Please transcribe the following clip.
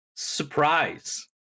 Surprise